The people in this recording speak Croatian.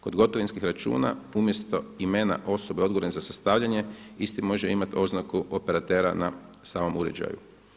Kod gotovinskih računa umjesto imena osobe odgovorne za sastavljanje isti može imati oznaku operatera na samom uređaju.